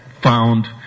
found